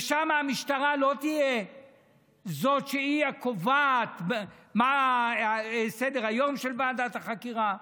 ששם המשטרה לא תהיה זאת שקובעת מה סדר-היום של ועדת החקירה.